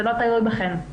זה לא תלוי בכם.